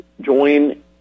join